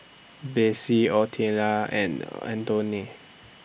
Besse Oleta and Antione